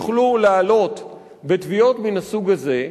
יוכלו להעלות בתביעות מן הסוג הזה,